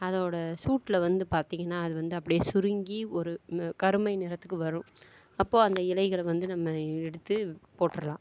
அதோடய சூட்டில் வந்து பார்த்திங்கன்னா அது வந்து அப்படியே சுருங்கி ஒரு கருமை நிறத்துக்கு வரும் அப்போது அந்த இலைகலை வந்து நம்ம எடுத்து போட்ருலாம்